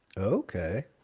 okay